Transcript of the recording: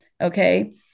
Okay